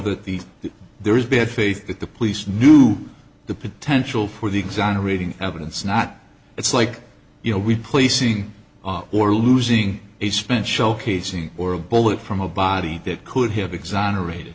that the there is bad faith that the police knew the potential for the exonerating evidence not it's like you know we placing or losing a spent showcasing or a bullet from a body that could have exonerated